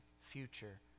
future